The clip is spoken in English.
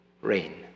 rain